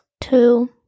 Two